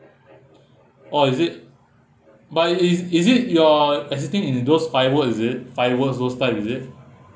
oh is it but is is it you're assisting in those firework is it fireworks those type is it